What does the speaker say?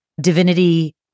divinity